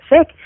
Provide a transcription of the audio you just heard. sick